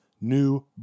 new